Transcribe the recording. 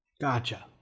Gotcha